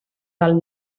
del